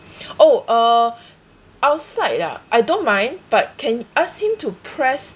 oh uh outside ah I don't mind but can you ask him to press